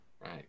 right